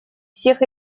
всех